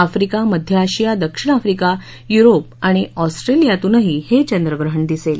Africa मध्य आशिया दक्षिण आफ्रिका युरोप आणि ऑस्ट्रेलियातूनही हे चंद्रग्रहण दिसेल